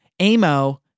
Amo